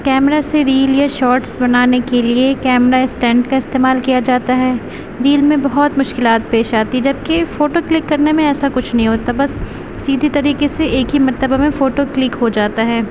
camera سے reel یا shorts بنانے کے لیے کیمرا اسٹینڈ کا استعمال کیا جاتا ہے ریل میں بہت مشکلات پیش آتی ہے جبکہ فوٹو کلک کرنے میں ایسا کچھ نہیں ہوتا بس سیدھی طریقے سے ایک ہی مرتبہ میں فوٹو کلک ہو جاتا ہے